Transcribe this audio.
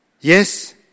Yes